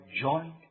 joint